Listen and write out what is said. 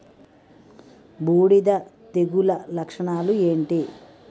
బూడిద తెగుల లక్షణాలు ఏంటి?